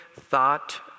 thought